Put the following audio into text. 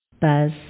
Buzz